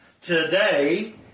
today